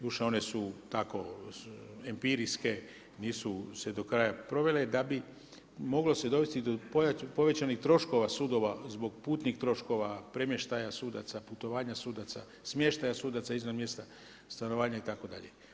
Doduše one su tako empirijske, nisu se do kraja provele da bi moglo se dovesti do povećanih troškova sudova zbog putnih troškova, premještaja sudaca, putovanja sudaca, smještaja sudaca izvan mjesta stanovanja itd.